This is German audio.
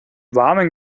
warmen